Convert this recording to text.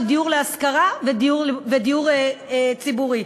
דיור להשכרה ודיור ציבורי.